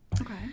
Okay